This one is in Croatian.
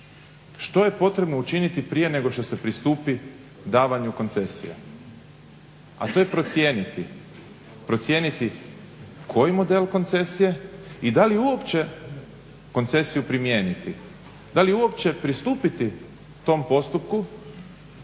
što je potrebno učiniti prije nego što se pristupi davanju koncesija. A to je procijeniti, procijeniti koji model koncesije i da li uopće koncesiju primijeniti. Da li uopće pristupiti tom postupku